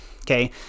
Okay